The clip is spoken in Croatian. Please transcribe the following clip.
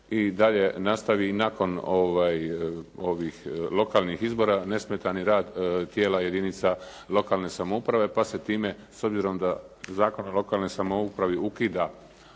i dalje nastavi i nakon lokalnih izora nesmetani rad tijela jedinica lokalne samouprave, pa se time s obzirom da Zakon o lokalnoj samoupravi ukida